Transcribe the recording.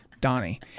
Donnie